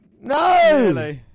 No